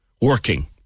working